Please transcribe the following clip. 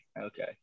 okay